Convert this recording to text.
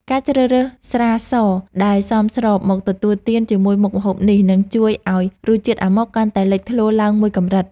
ការជ្រើសរើសស្រាសដែលសមស្របមកទទួលទានជាមួយមុខម្ហូបនេះនឹងជួយឱ្យរសជាតិអាម៉ុកកាន់តែលេចធ្លោឡើងមួយកម្រិត។